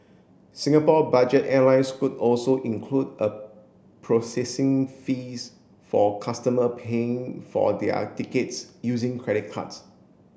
Singapore budget airline Scoot also include a processing fees for customer paying for their tickets using credit cards